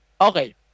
Okay